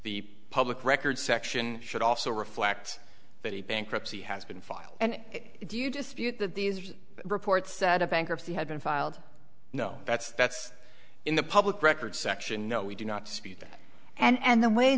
the public record section should also reflect that a bankruptcy has been filed and do you dispute that these are reports that a bankruptcy had been filed no that's that's in the public record section no we do not dispute that and the way